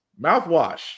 mouthwash